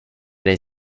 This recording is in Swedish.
dig